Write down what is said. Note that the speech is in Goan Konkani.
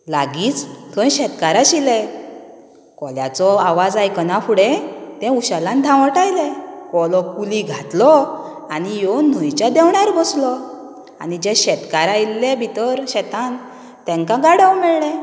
लागीच थंय शेतकार आशिल्ले कोल्याचो आवाज आयकना फुडें ते उशेलान धावट आयले कोलो कुली घातलो आनी येवन न्हंयच्या देवणार बसलो आनी जे शेतकार आयिल्ले भितर शेतान तेंका गाडव मेळ्ळें